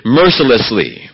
mercilessly